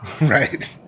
Right